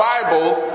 Bibles